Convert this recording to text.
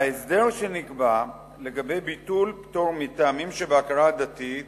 ההסדר שנקבע לגבי ביטול פטור מטעמים שבהכרה דתית